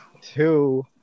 Two